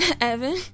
Evan